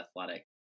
Athletic